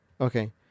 Okay